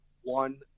one